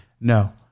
no